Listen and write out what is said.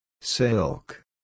Silk